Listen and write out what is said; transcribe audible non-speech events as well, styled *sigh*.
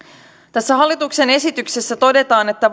tässä hallituksen esityksessä todetaan että *unintelligible*